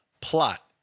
plot